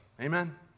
Amen